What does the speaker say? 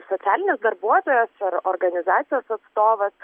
socialinis darbuotojas ar organizacijos atstovas